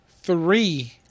three